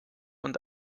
und